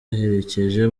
yaherekeje